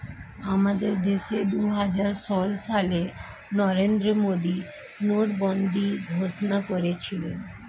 আমাদের দেশে দুহাজার ষোল সালে নরেন্দ্র মোদী নোটবন্দি ঘোষণা করেছিল